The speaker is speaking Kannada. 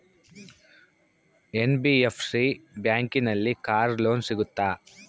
ಎನ್.ಬಿ.ಎಫ್.ಸಿ ಬ್ಯಾಂಕಿನಲ್ಲಿ ಕಾರ್ ಲೋನ್ ಸಿಗುತ್ತಾ?